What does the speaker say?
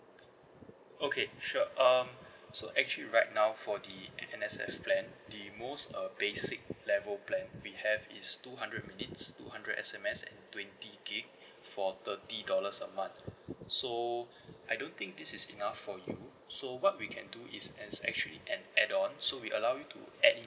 okay sure um so actually right now for the N_S_F plan the most uh basic level plan we have is two hundred minutes two hundred S_M_S and twenty gig for thirty dollars a month so I don't think this is enough for you so what we can do is as actually an add-on so we allow you to add